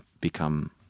become